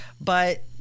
but-